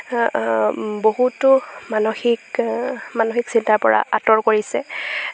বহুতো মানসিক মানসিক চিন্তাৰপৰা আঁতৰ কৰিছে